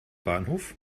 bahnhof